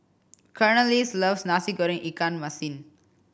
Cornelius loves Nasi Goreng ikan masin